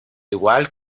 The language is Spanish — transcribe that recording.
igual